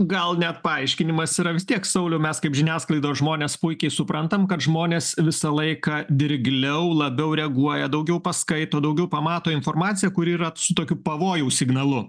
gal net paaiškinimas yra vis tiek sauliau mes kaip žiniasklaidos žmonės puikiai suprantam kad žmonės visą laiką dirgliau labiau reaguoja daugiau paskaito daugiau pamato informaciją kuri yra su tokiu pavojaus signalu